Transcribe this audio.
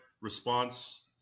response